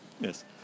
Yes